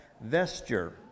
vesture